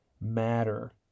matter